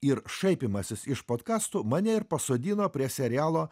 ir šaipymasis iš podkastų mane ir pasodino prie serialo